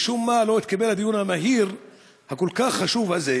משום מה לא התקבל הדיון המהיר הכל-כך חשוב הזה,